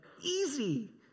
easy